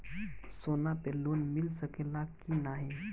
सोना पे लोन मिल सकेला की नाहीं?